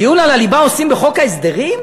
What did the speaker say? דיון על הליבה עושים בחוק ההסדרים?